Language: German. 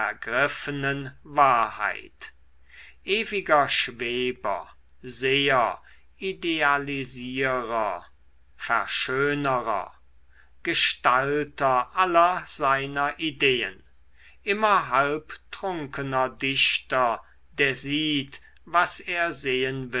wahrheit ewiger schweber seher idealisierer verschönerer gestalter aller seiner ideen immer halbtrunkener dichter der sieht was er sehen